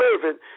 servant